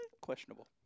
questionable